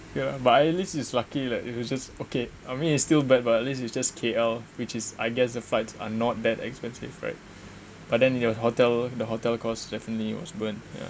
ya but at least it's lucky lah if it's just okay I mean it's still bad but at least it's just K_L which is I guess the flights are not that expensive right but then in your hotel the hotel course definitely was burnt ya